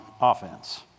offense